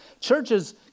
Churches